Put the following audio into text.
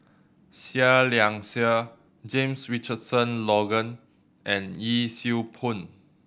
Seah Liang Seah James Richardson Logan and Yee Siew Pun